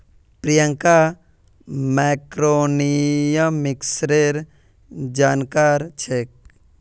प्रियंका मैक्रोइकॉनॉमिक्सेर जानकार छेक्